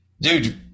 Dude